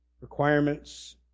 requirements